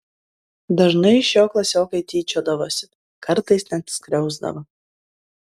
dažnai iš jo klasiokai tyčiodavosi kartais net skriausdavo